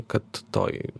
kad toj